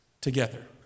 Together